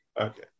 Okay